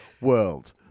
world